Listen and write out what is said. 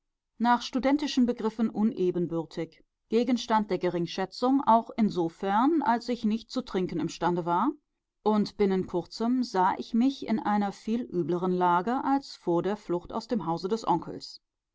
nach studentischen begriffen unebenbürtig gegenstand der geringschätzung auch insofern als ich nicht zu trinken imstande war und binnen kurzem sah ich mich in einer viel übleren lage als vor der flucht aus dem hause des onkels